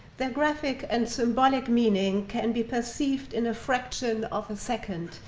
their graphic and symbolic meaning can be perceived in a fraction of a second,